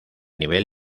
nivel